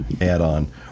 add-on